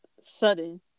sudden